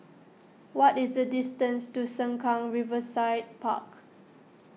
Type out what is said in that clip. what is the distance to Sengkang Riverside Park